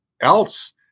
else